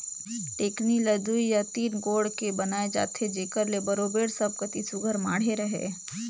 टेकनी ल दुई या तीन गोड़ के बनाए जाथे जेकर ले बरोबेर सब कती सुग्घर माढ़े रहें